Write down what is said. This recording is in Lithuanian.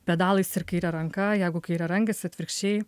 pedalais ir kaire ranka jeigu kairiarankis atvirkščiai